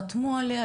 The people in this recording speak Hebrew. חתמו עליה,